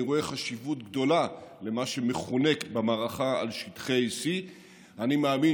אני רואה חשיבות גדולה במה שמכונה המערכה על שטחי C. אני מאמין